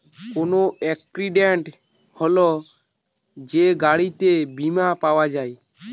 কোন এক্সিডেন্ট হলে যে গাড়িতে বীমা পাওয়া যায়